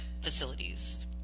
facilities